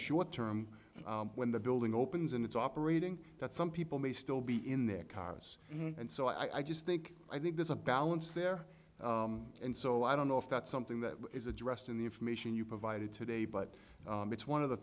short term when the building opens and it's operating that some people may still be in their cars and so i just think i think there's a balance there and so i don't know if that's something that is addressed in the information you provided today but it's one of the